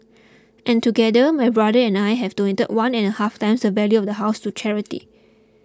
and together my brother and I have donated one and a half times the value of the house to charity